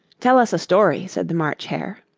tell us a story said the march hare.